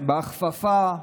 בהכפפה